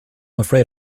afraid